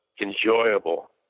enjoyable